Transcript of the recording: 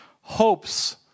hopes